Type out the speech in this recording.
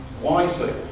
wisely